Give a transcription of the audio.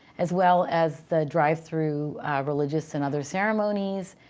as well as the drive through religious and other ceremonies,